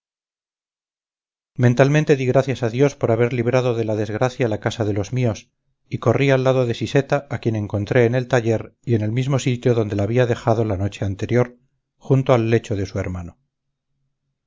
mentalmente di gracias a dios por haber librado de la desgracia la casa de los míos y corrí al lado de siseta a quien encontré en el taller y en el mismo sitio donde la había dejado la noche anterior junto al lecho de su hermano